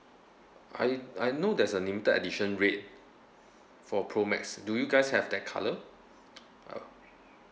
I I know there's a limited edition red for pro max do you guys have that colour oh